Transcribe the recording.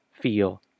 feel